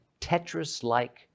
Tetris-like